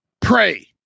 pray